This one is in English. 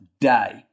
day